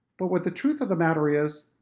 but what the truth of the matter is,